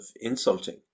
insulting